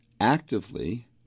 actively